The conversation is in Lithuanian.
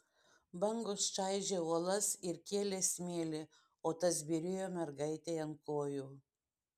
bangos čaižė uolas ir kėlė smėlį o tas byrėjo mergaitei ant kojų